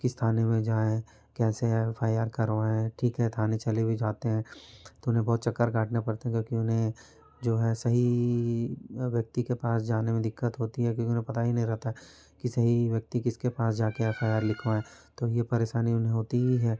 किस थाने में जाएँ कैसे ऐफ़ आई आर करवाएँ ठीक है थाने चले भी जाते हैं तो उन्हें बहुत चक्कर काटने पड़ते हैं क्योंकि उन्हें जो है सही व्यक्ति के पास जाने में दिक़्क़त होती है क्योंकि उन्हें पता ही नहीं रहता कि सही व्यक्ति किसके पास जाके एफ़ आई आर लिखवाएँ तो ये परेशानी उन्हें होती ही है